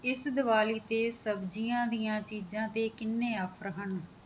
ਇਸ ਦੀਵਾਲੀ 'ਤੇ ਸਬਜ਼ੀਆਂ ਦੀਆਂ ਚੀਜ਼ਾਂ 'ਤੇ ਕਿੰਨੇ ਆਫਰ ਹਨ